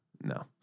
No